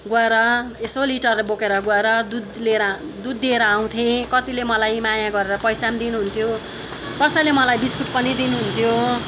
गएर यसो लिटर बोकेर गएर दुध लिएर दुध दिएर आउँथ्येँ कतिले मलाई माया गरेर पैसा पनि दिनुहुन्थ्यो कसैले मलाई बिस्कुट नि दिनुहुन्थ्यो